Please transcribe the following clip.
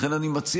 לכן אני מציע,